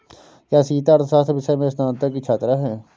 क्या सीता अर्थशास्त्र विषय में स्नातक की छात्रा है?